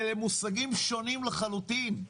אלה מושגים שונים לחלוטין.